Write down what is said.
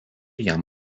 jam